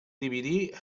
dividir